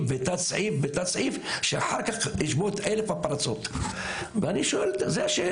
ותת סעיף ותת סעיף שאחר כך יש אלף פרצות וזו השאלה,